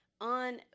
On